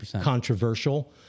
controversial